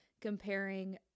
comparing